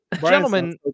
gentlemen